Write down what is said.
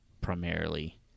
primarily